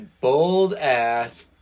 bold-ass